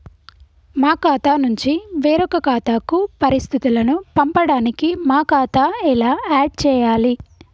మా ఖాతా నుంచి వేరొక ఖాతాకు పరిస్థితులను పంపడానికి మా ఖాతా ఎలా ఆడ్ చేయాలి?